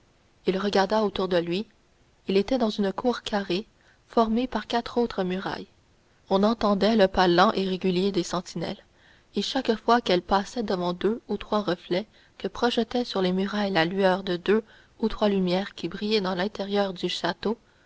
il regarda autour de lui il était dans une cour carrée formée par quatre hautes murailles on entendait le pas lent et régulier des sentinelles et chaque fois qu'elles passaient devant deux ou trois reflets que projetait sur les murailles la lueur de deux ou trois lumières qui brillaient dans l'intérieur du château